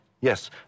Yes